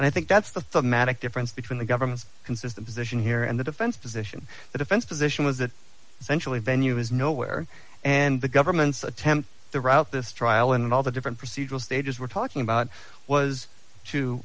and i think that's the magic difference between the government's consistent position here and the defense position the defense position was that essentially venue is nowhere and the government's attempt the route this trial and all the different procedural stages we're talking about was to